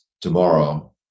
tomorrow